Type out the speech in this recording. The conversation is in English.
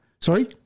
Sorry